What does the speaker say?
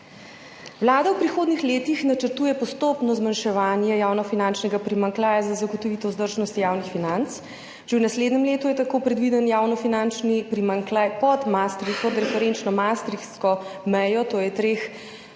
Vlada v prihodnjih letih načrtuje postopno zmanjševanje javnofinančnega primanjkljaja za zagotovitev vzdržnosti javnih financ, že v naslednjem letu je tako predviden javnofinančni primanjkljaj pod referenčno maastrichtsko mejo, to je 3